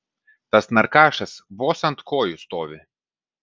tas narkašas vos ant kojų stovi